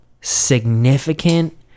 significant